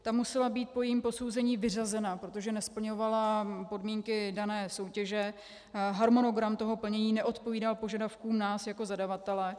Ta musela být po jejím posouzení vyřazena, protože nesplňovala podmínky dané soutěže, harmonogram toho plnění neodpovídal požadavkům nás jako zadavatele.